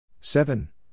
Seven